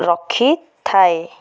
ରଖିଥାଏ